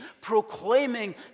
proclaiming